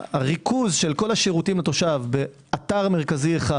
הריכוז של כל השירותים לתושב באתר מרכזי אחד